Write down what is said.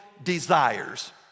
desires